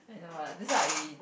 no lah that's why I